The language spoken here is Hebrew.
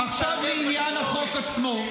עכשיו, לעניין החוק עצמו.